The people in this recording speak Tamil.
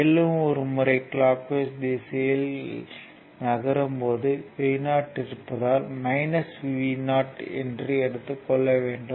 மேலும் ஒரு முறை கிளாக் வைஸ் திசையில் நகரும் போது Vo இருப்பதால் Vo என்று எடுத்துக்கொள்ள வேண்டும்